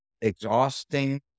exhausting